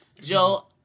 Joe